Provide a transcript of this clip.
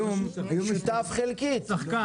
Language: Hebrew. שחקן.